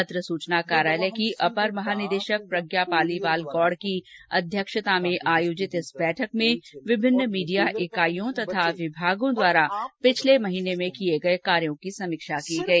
पत्र सूचना कार्यालय की अपर महानिदेशक प्रज्ञा पालीवाल गौड़ की अध्यक्षता में आयोजित इस बैठक में विभिन्न मीडिया इकाइयों तथा विभागों द्वारा पिछले माह में किए कार्यों की समीक्षा की गई